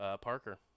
Parker